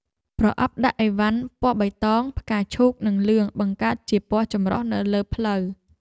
ប្រអប់ដឹកឥវ៉ាន់ពណ៌បៃតង ផ្កាឈូក និងលឿង បង្កើតជាពណ៌ចម្រុះនៅលើផ្លូវ។